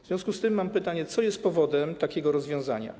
W związku z tym mam pytanie: Co jest powodem takiego rozwiązania?